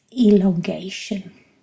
elongation